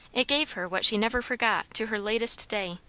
it gave her what she never forgot to her latest day.